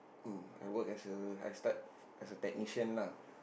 um I work as a I start as a technician lah